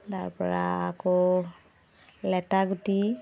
তাৰপৰা আকৌ লেটা গুটি